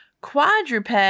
quadruped